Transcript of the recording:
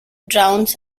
drowns